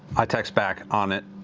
i text back, on it,